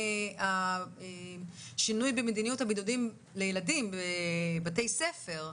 השינוי במדיניות הבידודים לילדים בבתי ספר,